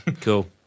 Cool